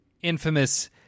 infamous